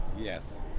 Yes